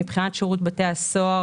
מבחינת שירות בתי הסוהר,